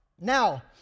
Now